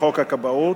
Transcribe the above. לחוק הכבאות,